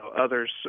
others